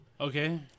Okay